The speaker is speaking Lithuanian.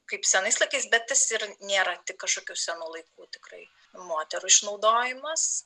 kaip senais laikais bet jis ir nėra tik kažkokių senų laikų tikrai moterų išnaudojimas